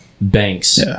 banks